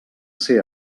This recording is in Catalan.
ser